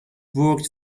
worked